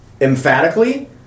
emphatically